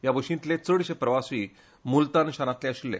ह्या बसींतले चडशे प्रवाशी मुलतान शारांतले आशिल्ले